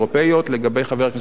לגבי חבר הכנסת מיכאלי,